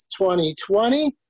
2020